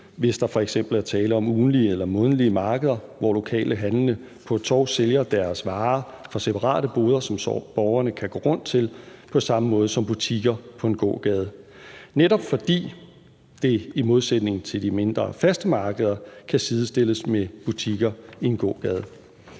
hvis der f.eks. er tale om ugentlige eller månedlige markeder, hvor lokale handlende på et torv sælger deres varer fra separate boder, som borgerne kan gå rundt til, på samme måde som butikker på en gågade, netop fordi det i modsætning til de mindre faste markeder kan sidestilles med butikker i en gågade.